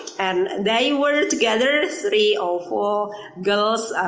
and they work together, three or four girls